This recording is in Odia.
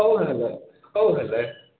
ହଉ ହେଲା ହଉ ହେଲା